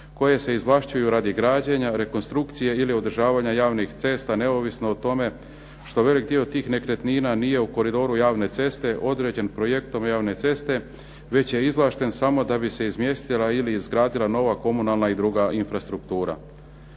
koje se izvlašćuju radi građenja, rekonstrukcije ili održavanja radnih cesta neovisno o tome što veliki dio tih nekretnina nije u koridoru javne ceste određen projektom javne ceste, već je izvlašten samo da bi se izmjestila ili izgradila nova komunalna i druga infrastruktura.